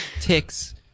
ticks